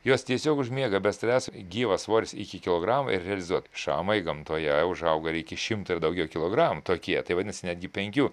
jos tiesiog užmiega be streso gyvas svoris iki kilogramo ir realizuot šamai gamtoje užauga ir iki šimto ir daugiau kilogramų tokie tai vadinasi netgi penkių